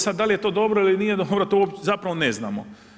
Sad da li je to dobro ili nije dobro to zapravo ne znamo.